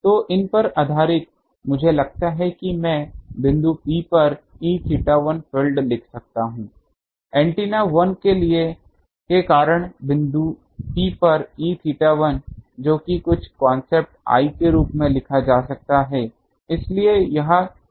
तो इन पर आधारित मुझे लगता है कि मैं बिंदु P पर Eθ1 फील्ड लिख सकता हूं एंटीना 1 के कारण बिंदु P पर Eθ1 जो कि कुछ कांस्टेंट I के रूप में लिखा जा सकता है